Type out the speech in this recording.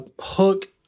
Hook